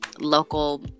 local